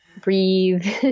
Breathe